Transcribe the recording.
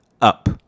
up